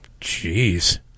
Jeez